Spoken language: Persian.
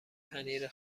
پنیر